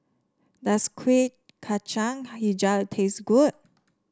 does Kuih Kacang hijau taste good